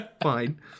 fine